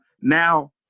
now